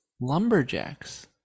lumberjacks